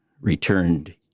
returned